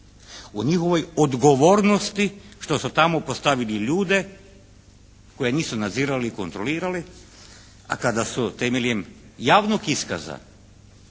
o njihovoj odgovornosti što su tamo postavili ljude koje nisu nadzirali i kontrolirali. A kada su temeljem javnog iskaza